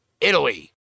Italy